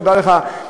תודה לך,